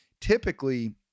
typically